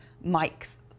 Mike's